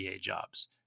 jobs